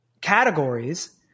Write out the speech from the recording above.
categories